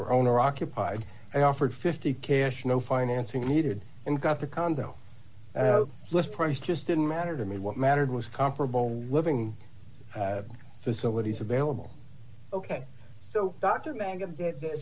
were owner occupied i offered fifty cash no financing needed and got the condo list price just didn't matter to me what mattered was comparable living facilities available ok so dr